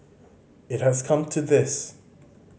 it has come to this